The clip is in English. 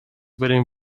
within